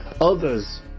Others